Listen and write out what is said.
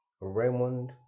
Raymond